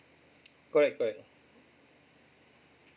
correct correct